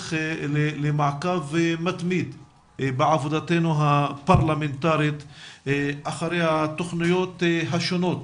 הצורך למעקב מתמיד בעבודתנו הפרלמנטרית אחרי התוכניות השונות